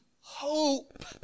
hope